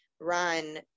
run